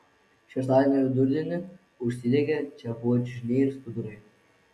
šeštadienio vidurdienį užsidegė čia buvę čiužiniai ir skudurai